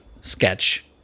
sketch